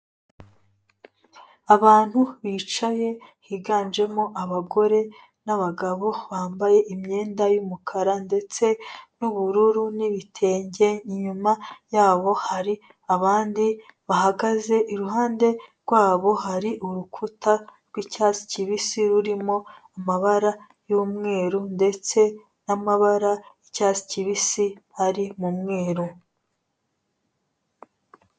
Abantu bicaye higanjemo abagore n'abagabo bambaye imyenda y'umukara ndetse n'ubururu n'ibitenge, inyuma yabo hari abandi bahagaze, iruhande rwabo hari urukuta rw'icyatsi kibisi rurimo amabara y'umweru ndetse n'amabara y'icyatsi kibisi ari m'umweru.